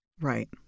Right